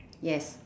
yes